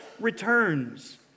returns